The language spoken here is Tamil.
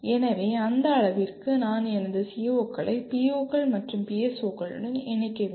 எனவே அந்த அளவிற்கு நான் எனது CO களை PO கள் மற்றும் PSO களுடன் இணைக்க வேண்டும்